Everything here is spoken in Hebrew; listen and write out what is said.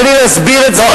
תן לי להסביר את זה.